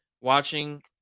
watching